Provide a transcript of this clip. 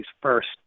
first